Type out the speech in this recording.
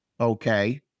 Okay